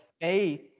faith